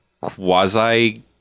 quasi